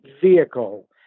vehicle